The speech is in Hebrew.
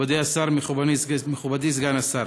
מכובדי השר, מכובדי סגן השר,